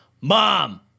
Mom